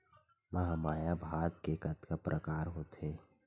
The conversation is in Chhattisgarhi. महमाया भात के कतका प्रकार होथे?